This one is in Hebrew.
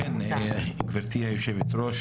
גברתי היושבת-ראש,